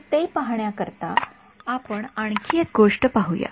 तर ते पहाण्याकरिता आपण आणखी एक गोष्ट पाहू या